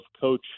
Coach